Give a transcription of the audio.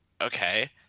okay